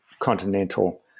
continental